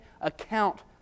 account